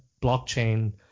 blockchain